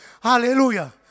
Hallelujah